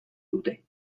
dute